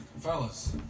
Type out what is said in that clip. fellas